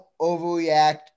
overreact